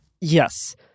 Yes